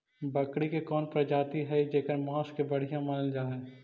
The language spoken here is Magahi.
बकरी के कौन प्रजाति हई जेकर मांस के बढ़िया मानल जा हई?